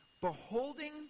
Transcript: Beholding